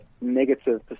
negative